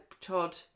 Todd